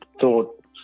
thought